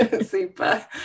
super